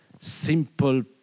simple